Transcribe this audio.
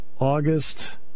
August